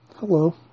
Hello